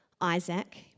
Isaac